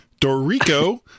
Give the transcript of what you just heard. Dorico